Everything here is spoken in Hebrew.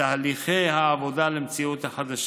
הציבורית במלואם חוץ מהכיסאות שמאחורי הנהג,